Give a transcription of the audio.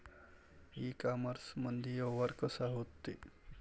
इ कामर्समंदी व्यवहार कसा होते?